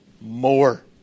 more